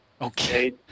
Okay